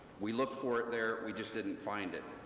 we looked for it there, we just didn't find it.